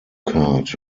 card